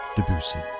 Debussy